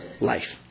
life